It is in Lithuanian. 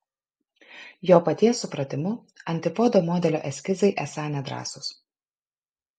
jo paties supratimu antipodo modelio eskizai esą nedrąsūs